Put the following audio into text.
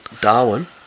Darwin